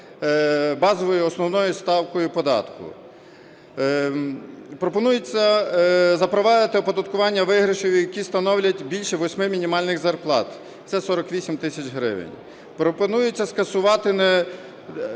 базовою основною ставкою податку. Пропонується запровадити оподаткування виграшів, які становлять більше восьми мінімальних зарплат, це 48 тисяч гривень. Також пропонується скасувати